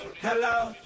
Hello